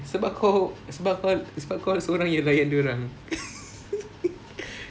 sebab kau sebab kau sebab kau sorang yang layan dorang